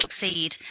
succeed